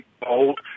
bold